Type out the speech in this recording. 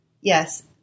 Yes